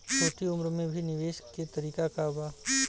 छोटी उम्र में भी निवेश के तरीका क बा?